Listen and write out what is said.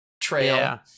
trail